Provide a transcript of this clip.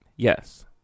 Yes